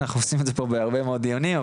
אנחנו עושים את זה פה בהרבה מאוד דיונים,